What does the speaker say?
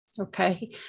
okay